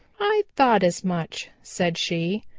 i thought as much, said she.